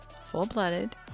full-blooded